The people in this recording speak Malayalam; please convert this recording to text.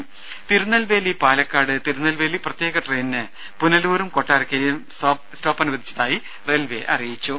ദ്ദേ തിരുനെൽവേലി പാലക്കാട് തിരുനെൽവേലി പ്രത്യേക ട്രെയിനിന് പുനലൂരും കൊട്ടാരക്കരയും സ്റ്റോപ്പ് അനുവദിച്ചതായി റെയിൽവെ അറിയിച്ചു